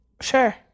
Sure